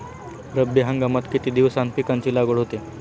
रब्बी हंगामात किती दिवसांत पिकांची लागवड होते?